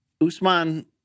Usman